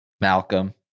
Malcolm